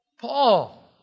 Paul